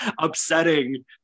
upsetting